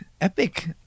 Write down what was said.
epic